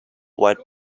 white